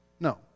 No